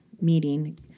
meeting